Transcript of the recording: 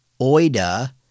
oida